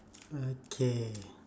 okay